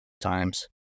times